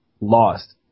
Lost